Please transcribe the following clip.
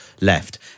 left